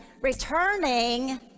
returning